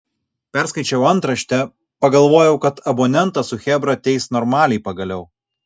perskaičiau antraštę pagalvojau kad abonentą su chebra teis normaliai pagaliau